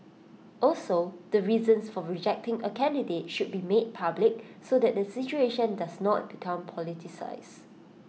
also the reasons for rejecting A candidate should be made public so that the situation does not become politicised